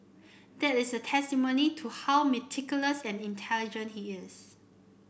that is a testimony to how meticulous and intelligent he is